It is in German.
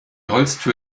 holztür